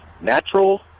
natural